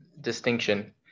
distinction